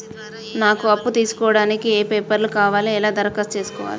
నాకు అప్పు తీసుకోవడానికి ఏ పేపర్లు కావాలి ఎలా దరఖాస్తు చేసుకోవాలి?